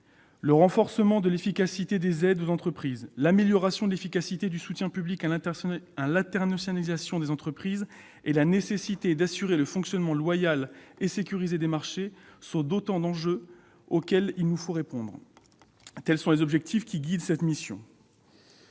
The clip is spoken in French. Le renforcement de l'efficacité des aides aux entreprises, l'amélioration de l'efficacité du soutien public à l'internationalisation des entreprises et la nécessité d'assurer le fonctionnement loyal et sécurisé des marchés sont autant d'enjeux auxquels il nous faut répondre. Tels sont les objectifs qui guident cette mission.